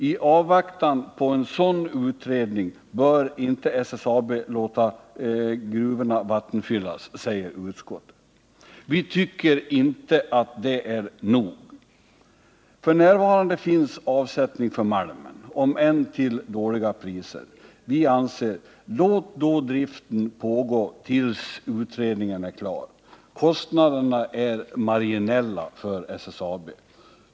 I avvaktan på en sådan utredning bör inte SSAB låta gruvorna vattenfyllas, säger utskottet. Vi tycker inte att det är nog. F. n. finns avsättning för malmen, om än till dåliga priser. Låt då driften pågå tills utredningen är klar! Kostnaderna är marginella för SSAB.